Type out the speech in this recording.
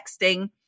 texting